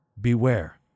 beware